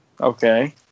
Okay